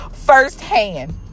firsthand